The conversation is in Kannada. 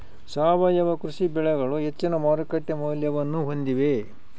ಸಾವಯವ ಕೃಷಿ ಬೆಳೆಗಳು ಹೆಚ್ಚಿನ ಮಾರುಕಟ್ಟೆ ಮೌಲ್ಯವನ್ನ ಹೊಂದಿವೆ